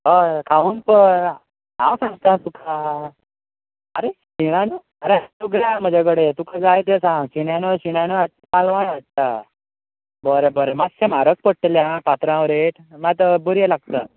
हय खावून पळय हांव सांगता तुका अरे शिणानो सगळें आसा म्हजे कडेन तुका जाय तें सांग शिणानो शिणानो कालवा जाय कालवां हाडटा बरें बरें मात्शें म्हारग पडटलें आं पात्रांव रेट मात बरी लागता